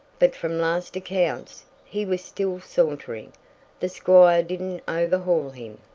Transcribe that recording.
but from last accounts he was still sauntering the squire didn't overhaul him.